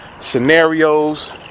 Scenarios